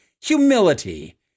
humility